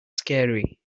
scary